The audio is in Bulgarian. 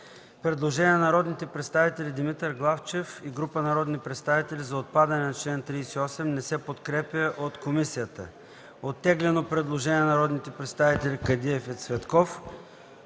предложение от народния представител Димитър Главчев и група народни представители за отпадането на члена. Не се подкрепя от комисията. Има оттеглено предложение от народните представители Кадиев и Цветков.